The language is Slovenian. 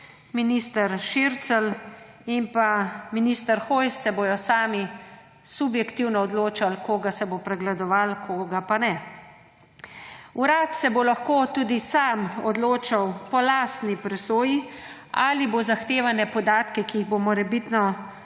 minister Šircelj in pa minister Hojs, se bodo sami subjektivno odločali, koga se bo pregledovalo, koga pa ne. Urad se bo lahko tudi sam odločal po lastni presoji, ali bo urad zahtevane podatke, ki jih bo morebiti